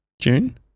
June